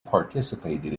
participated